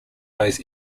both